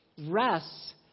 rests